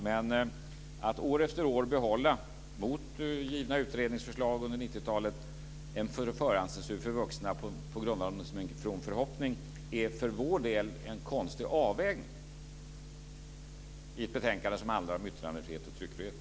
Men att år efter år, mot givna utredningsförslag under 90-talet, behålla en förhandscensur för vuxna som en from förhoppning är för vår del en konstig avvägning. Det är ju ett betänkande som handlar om yttrandefrihet och tryckfrihet.